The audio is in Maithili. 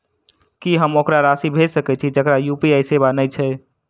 की हम ओकरा राशि भेजि सकै छी जकरा यु.पी.आई सेवा नै छै?